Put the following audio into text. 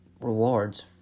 rewards